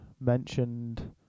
mentioned